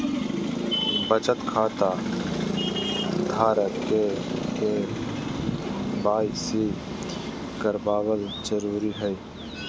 बचत खता धारक के के.वाई.सी कराबल जरुरी हइ